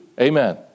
Amen